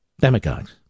Demagogues